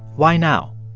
why now?